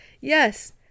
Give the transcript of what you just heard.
Yes